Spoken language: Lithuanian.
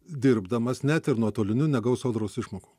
dirbdamas net ir nuotoliniu negaus sodros išmokų